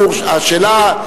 השאלה,